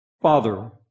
Father